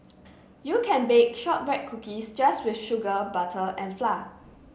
you can bake shortbread cookies just with sugar butter and flour